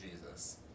Jesus